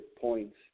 points